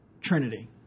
Trinity